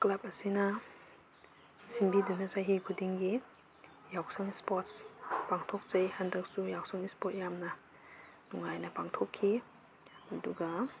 club ꯑꯁꯤꯅ ꯁꯤꯟꯕꯤꯗꯨꯅ ꯆꯍꯤ ꯈꯨꯗꯤꯡꯒꯤ ꯌꯥꯎꯁꯪ ꯏꯁꯄꯣꯔꯠ ꯄꯥꯡꯊꯣꯛꯆꯩ ꯍꯟꯗꯛꯁꯨ ꯌꯥꯎꯁꯪ ꯏꯁꯄꯣꯔꯠ ꯌꯥꯝꯅ ꯅꯨꯡꯉꯥꯏꯅ ꯄꯥꯡꯊꯣꯛꯈꯤ ꯑꯗꯨꯒ